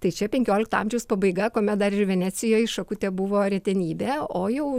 tai čia penkiolikto amžiaus pabaiga kuomet dar ir venecijoj šakutė buvo retenybė o jau